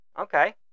Okay